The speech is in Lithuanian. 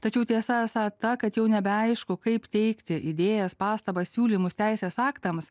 tačiau tiesa esą ta kad jau nebeaišku kaip teikti idėjas pastabas siūlymus teisės aktams